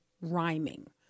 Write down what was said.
rhyming